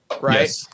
right